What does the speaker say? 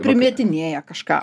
primetinėja kažką